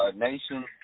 nation